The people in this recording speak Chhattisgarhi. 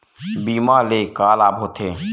बीमा ले का लाभ होथे?